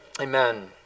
Amen